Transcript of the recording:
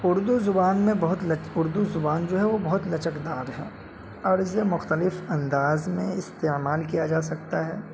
اردو زبان میں بہت اردو زبان جو ہے وہ بہت لچک دار ہے عرض مختلف انداز میں استعمال کیا جا سکتا ہے